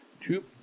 two